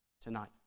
tonight